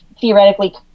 theoretically